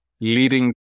leading